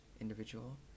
individual